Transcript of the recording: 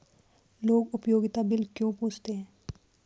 लोग उपयोगिता बिल क्यों पूछते हैं?